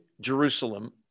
Jerusalem